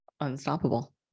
Unstoppable